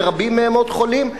ורבים מהם מאוד חולים,